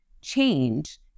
change